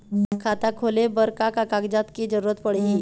खाता खोले बर का का कागजात के जरूरत पड़ही?